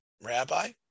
Rabbi